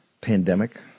pandemic